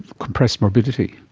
compressed morbidity?